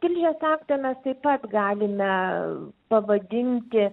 tilžės aktą mes taip pat galime pavadinti